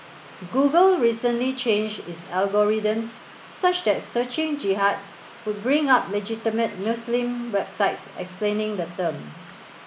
Google recently changed its algorithms such that searching Jihad would bring up legitimate Muslim websites explaining the term